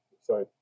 sorry